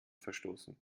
verstoßen